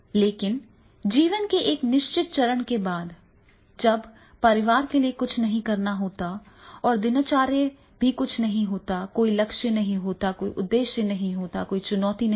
लेकिन जीवन के एक निश्चित चरण के बाद जब परिवार के लिए कुछ नहीं करना है और कोई दिनचर्या नहीं है तो कोई लक्ष्य नहीं है कोई उद्देश्य नहीं है और कोई चुनौती नहीं है